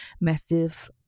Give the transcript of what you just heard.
massive